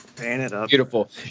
Beautiful